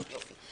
הצבעה אושר.